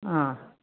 आम्